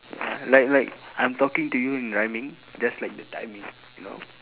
ya like like I'm talking to you in rhyming just like the timing you know